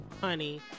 honey